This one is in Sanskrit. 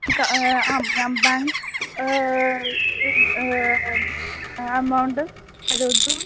का आम् यां बेङ्क् अमौण्ट् करोतु